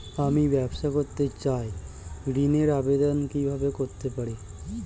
আমি ব্যবসা করতে চাই ঋণের আবেদন কিভাবে করতে পারি?